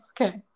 Okay